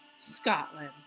Scotland